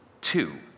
two